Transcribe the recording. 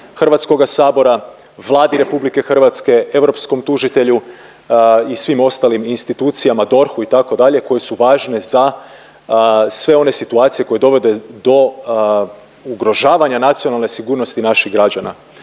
unutar HS-a, Vladi RH, europskom tužitelju i svim ostalim institucijama, DORH-u itd. koje su važne za sve one situacije koje dovode do ugrožavanja nacionalne sigurnosti naših građana.